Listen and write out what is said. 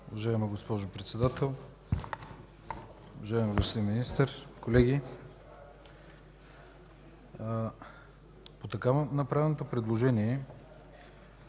Уважаема госпожо Председател, уважаеми господин Министър, колеги! По така направеното предложение